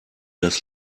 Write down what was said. das